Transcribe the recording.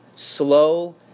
slow